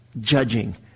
judging